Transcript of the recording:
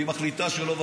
והיא מחליטה שלא,